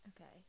Okay